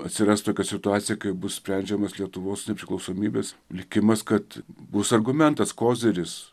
atsiras tokia situacija kai bus sprendžiamas lietuvos nepriklausomybės likimas kad bus argumentas koziris